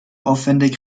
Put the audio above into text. aufwändig